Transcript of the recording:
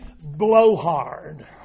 Blowhard